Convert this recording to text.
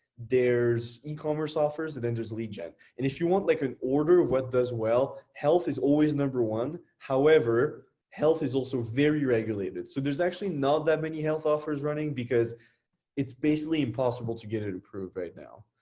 there's ecommerce offers and then there's legion. if you want like an order of what does well. health is always number one, however health is also very regulated. so there's actually not that many health offers running because it's basically impossible to get it approved right now.